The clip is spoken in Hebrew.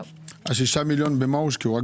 במה הושקעו 6 מיליון השקלים?